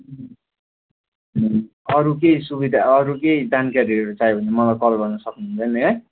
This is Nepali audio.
अरू केही सुविधा अरू केही जानकारीहरू चाहियो भने मलाई कल गर्नु सक्नुहुन्छ नि है